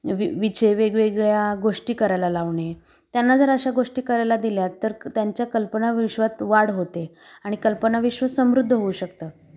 वि विचे वेगवेगळ्या गोष्टी करायला लावणे त्यांना जर अशा गोष्टी करायला दिल्या तर क त्यांच्या कल्पनाविश्वात वाढ होते आणि कल्पनाविश्व समृद्ध होऊ शकते